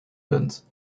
punt